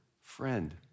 friend